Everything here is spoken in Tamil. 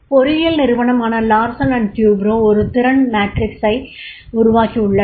பொறியியல் நிறுவனமான லார்சன் மற்றும் டூப்ரோ ஒரு திறன் மேட்ரிக்ஸை உருவாக்கியுள்ளனர்